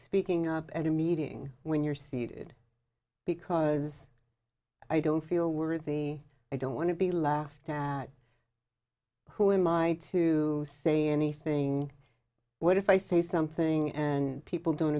speaking up at a meeting when you're seated because i don't feel worthy i don't want to be laughed at who in my to say anything what if i say something and people don't